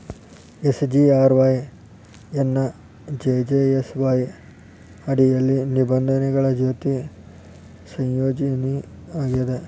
SGRY ಎನ್ನಾ JJSY ಅಡಿಯಲ್ಲಿ ನಿಬಂಧನೆಗಳ ಜೊತಿ ಸಂಯೋಜನಿ ಆಗ್ಯಾದ